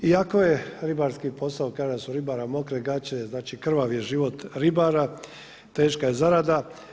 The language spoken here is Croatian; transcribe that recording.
Iako je ribarski posao kaže se da su u ribara mokre gaće, znači krvav je život ribara, teška je zarada.